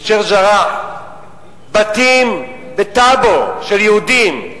בשיח'-ג'ראח, בתים, בטאבו, של יהודים,